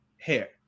hair